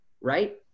right